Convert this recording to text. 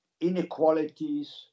inequalities